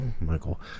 Michael